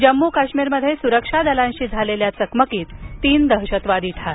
जम्मू काश्मीरमध्ये सुरक्षा दलांशी झालेल्या चकमकीत तीन दहशतवादी ठार